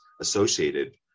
associated